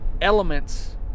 elements